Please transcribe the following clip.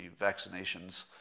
vaccinations